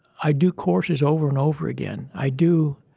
i do courses over and over again. i do